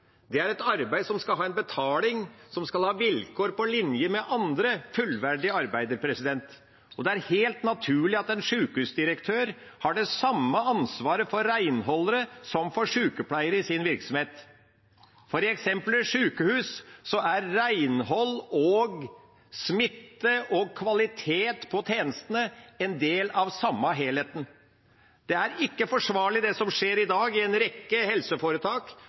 Det er et arbeid som skal ha en betaling, som skal ha vilkår på linje med annet fullverdig arbeid. Og det er helt naturlig at en sjukehusdirektør har det samme ansvaret for renholdere som for sjukepleiere i sin virksomhet. For i eksempelet sjukehus er renhold, smitte og kvalitet på tjenestene en del av den samme helheten. Det er ikke forsvarlig det som skjer i dag i en rekke helseforetak,